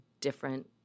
different